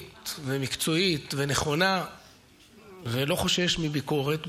ומקצועית ונכונה ולא חושש מביקורת,